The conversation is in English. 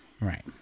Right